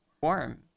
warm